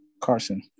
Carson